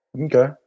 Okay